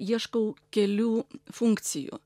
ieškau kelių funkcijų